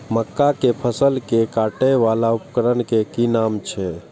मक्का के फसल कै काटय वाला उपकरण के कि नाम छै?